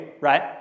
right